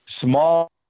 small